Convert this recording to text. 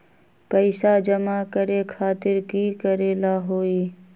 पैसा जमा करे खातीर की करेला होई?